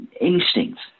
instinct